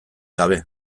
gabe